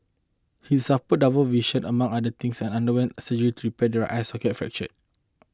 he suffered double vision among other things and underwent surgery to repair the eye socket fracture